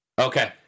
Okay